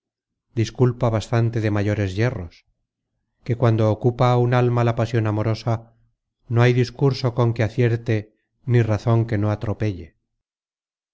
disculpa bastante de mayores yerros que cuando ocupa á un alma la pasion amorosa no hay discurso con que acierte ni razon que no atropelle